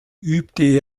übte